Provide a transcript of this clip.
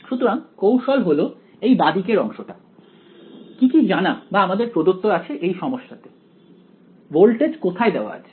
সুতরাং কৌশল হল এই বাঁদিকের অংশটা কি কি জানা বা আমাদের প্রদত্ত আছে এই সমস্যাতে ভোল্টেজ কোথায় দেওয়া আছে